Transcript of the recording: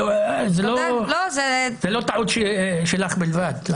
זו לא טעות שלך בלבד.